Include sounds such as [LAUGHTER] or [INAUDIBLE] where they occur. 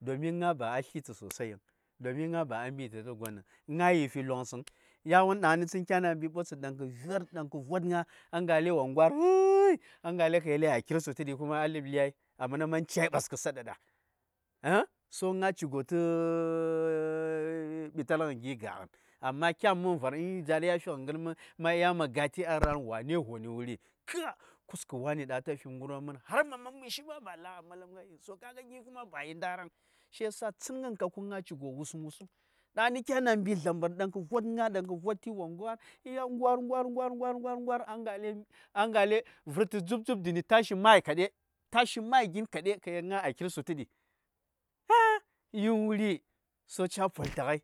Domin, ŋa: ba: sli tə mbun-mɓun vəŋ, ŋa: ca: mɓi tə mbun-mɓun vəŋ ŋa yi:mɓi longsən. ya:won dangni tsən kya:na mɓi ɓoptsə dan kə vot ŋa:, ngəlai wo gwa:r [UNINTELLIGIBLE] ya:ŋa:lai kəa yel a kir sutudi a ləb lyai wo man cai ɓaskə saɗɗaɗa [HESITATION] to ŋa: ci gwos tə [HESITATION] tə ɓitalgən kə vyagən, amma kyan mən-var, za:r ya fi gh gən mən, ma ɗya ca: gi a ra: wa:ne voni wuri, [UNINTELLIGIBLE] wa:ni dang a ta fin ngirwon mən, hàr mha mhan məshi la: a maləm nghai vhn, kə yel gin yi: ndara vəŋ; yan-ngha ca: [UNINTELLIGIBLE] dangni kya:na mɓi zamɓar kə vot ŋa:, ngwa:r, ngwa:r, ngwa:r, ngwa:r, ngwa:r, ngwa:r, ngwa:r, ngwa:r, ŋa:lai, ya ŋa:lai minti dzup-dzup dəni ta:shi ma:y minti ta:shi ma:y cip, ka yel ŋa: kir sutuɗi [UNINTELLIGIBLE] yin wuri? To ca: poltəghai.